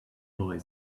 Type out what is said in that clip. boy